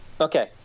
Okay